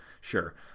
sure